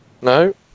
No